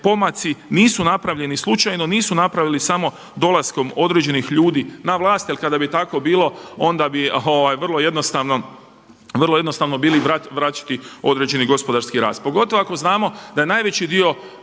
pomaci nisu napravljeni slučajno nisu napravljeni samo dolaskom određenih ljudi na vlast jel kada bi tako bilo onda bi vrlo jednostavno bili vraćati određeni gospodarski rast, pogotovo ako znamo da najveći dio